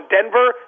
Denver –